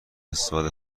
استفاده